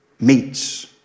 meets